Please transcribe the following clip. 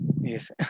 Yes